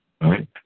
right